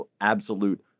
absolute